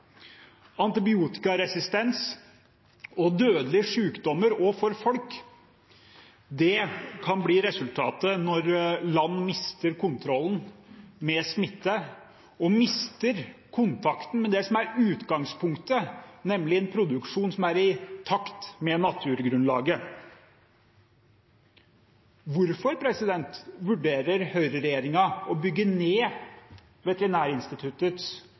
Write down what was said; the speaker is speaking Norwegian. antibiotikaresistens og dødelige sykdommer, også for folk. Det kan bli resultatet når land mister kontrollen med smitte og mister kontakten med det som er utgangspunktet, nemlig en produksjon som er i takt med naturgrunnlaget. Hvorfor vurderer høyreregjeringen å bygge ned Veterinærinstituttets